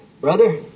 brother